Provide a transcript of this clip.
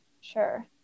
Sure